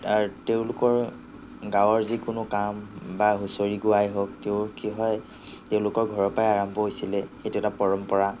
আৰু তেওঁলোকৰ গাঁৱৰ যিকোনো কাম বা হুঁচৰি গোৱাই হওক তেওঁৰ কি হয় তেওঁলোকৰ ঘৰৰ পৰাই আৰম্ভ হৈছিলে এইটো এটা পৰম্পৰা